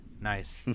Nice